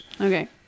Okay